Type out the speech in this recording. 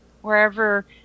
wherever